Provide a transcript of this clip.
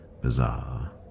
bizarre